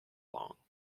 long